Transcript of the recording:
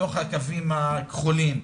בתוך הקווים הכחולים,